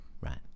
right